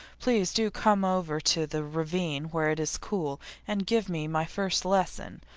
please do come over to the ravine where it is cool and give me my first lesson.